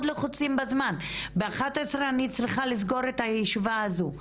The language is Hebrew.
אנחנו מאוד לחוצים בזמן ובשעה 11 אני צריכה לסגור את הישיבה הזו.